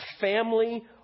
family